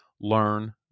learn